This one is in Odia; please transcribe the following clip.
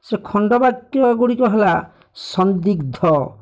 ସେ ଖଣ୍ଡବାକ୍ୟଗୁଡ଼ିକ ହେଲା ସନ୍ଦିବ୍ଧ